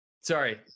Sorry